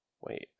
Wait